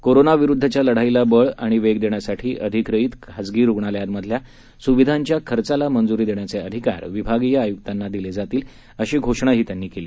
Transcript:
कोरोनाविरुद्धच्या लढाईला बळ आणि वेग देण्यासाठी अधिग्रहीत खाजगी रुग्णालयांमधल्या सुविधांच्या खर्चाला मंजूरी देण्याचे अधिकार विभागीय आयुक्तांना दिले जातील अशी घोषणाही त्यांनी केली